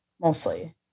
mostly